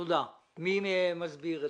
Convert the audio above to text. מי מסביר?